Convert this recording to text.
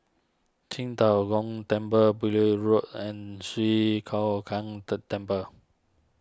Qing De Gong Temple Beaulieu Road and Swee Kow Kuan de Temple